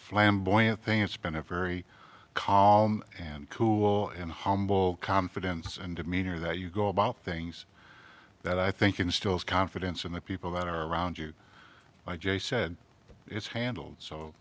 flamboyant thing it's been a very calm and cool and humble confidence and demeanor that you go about things that i think instills confidence in the people that are around you i j said it's handled so